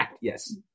yes